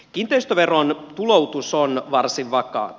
kiinteistöveron tuloutus on varsin vakaata